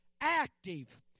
active